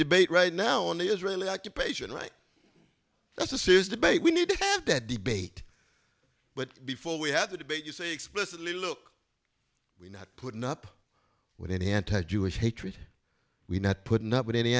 debate right now on the israeli occupation right that's a serious debate we need to have that debate but before we have a debate you say explicitly look we're not putting up with any anti jewish hatred we're not putting up with any